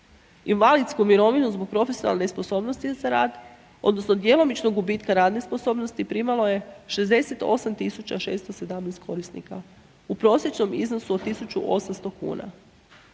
Invalidsku mirovinu zbog profesionalne sposobnosti za rad odnosno djelomičnog gubitka radne sposobnosti, primalo je 68 617 korisnika u prosječnom iznosu od 1800 kuna.